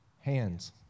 hands